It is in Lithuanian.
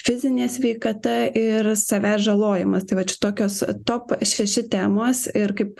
fizinė sveikata ir savęs žalojimas tai va čia tokios top šeši temos ir kaip